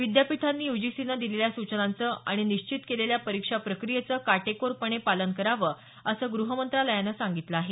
विद्यापीठांनी यूजीसीनं दिलेल्या सूचनांचं आणि निश्चित केलेल्या परीक्षा प्रक्रियेचं काटेकोरपणे पालन करावं असं ग्रह मंत्रालयानं सांगितलं आहे